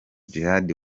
djihad